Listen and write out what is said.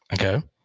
Okay